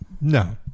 No